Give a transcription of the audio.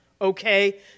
okay